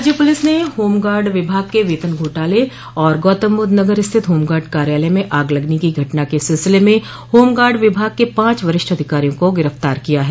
राज्य पुलिस ने होमगाड विभाग के वेतन घोटाले और गौतमबद्ध नगर स्थित होमगार्ड कार्यालय में आग लगने की घटना के सिलसिले में होमगार्ड विभाग के पांच वरिष्ठ अधिकारियों को गिरफ्तार किया है